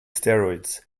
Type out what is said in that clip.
steroids